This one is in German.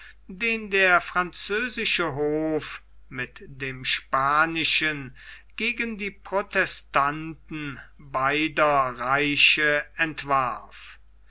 den der französische hof mit dem spanischen gegen die protestanten beider reiche entwarf